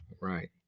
Right